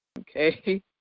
Okay